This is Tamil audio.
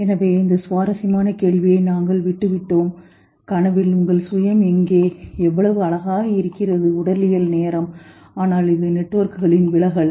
எனவே இந்த சுவாரஸ்யமான கேள்வியை நாங்கள் விட்டுவிட்டோம் கனவில் உங்கள் சுயம் எங்கே என்ன அழகாக இருக்கிறது உடலியல் நேரம் ஆனால் இது நெட்வொர்க்குகளின் விலகல்